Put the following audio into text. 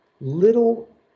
little